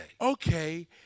Okay